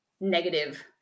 negative